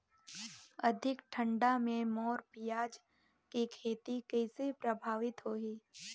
अधिक ठंडा मे मोर पियाज के खेती कइसे प्रभावित होही?